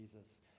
Jesus